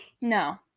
No